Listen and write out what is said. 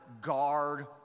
guard